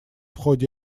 ходе